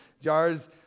jars